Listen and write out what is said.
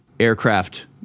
Aircraft